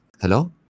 Hello